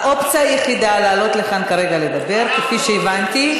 האופציה היחידה לעלות לכאן כרגע לדבר, כפי שהבנתי,